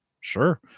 sure